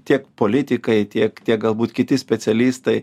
tiek politikai tiek tie galbūt kiti specialistai